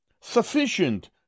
Sufficient